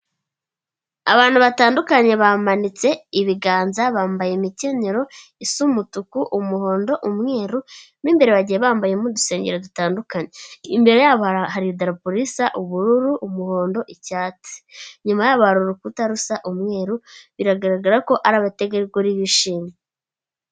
Abantu batandukanye bamanitse ibiganza bambaye imikenyero isa: umutuku, umuhondo umweru, mo imbere bagiye bambayemo udusengero dutandukanye, imbere yabo hari idarapo risa ubururu, umuhondo, icyatsi; inyuma yabo hari urukuta rusa umweru, biragaragara ko ari abategarugori bishimye.